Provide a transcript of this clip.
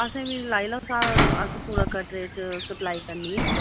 असें फ्ही लाई लाओ स्हाब असें पूरे कटरे च सप्लाई करनी ऐ